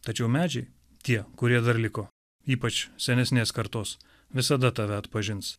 tačiau medžiai tie kurie dar liko ypač senesnės kartos visada tave atpažins